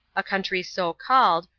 a country so called,